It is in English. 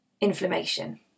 inflammation